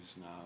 now